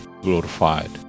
glorified